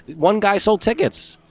one guy sold tickets.